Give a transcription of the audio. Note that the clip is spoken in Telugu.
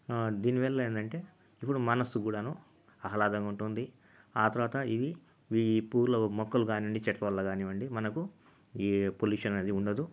దీనివల్ల ఏంటంటే ఇపుడు మనసు కూడా ఆహ్లాదంగా ఉంటుంది ఆ తర్వాత ఇవి ఈ పూల మొక్కలు కానివ్వండి చెట్లవల్ల కానివ్వండి మనకు ఇది పొల్యూషన్ అనేది ఉండదు